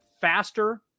faster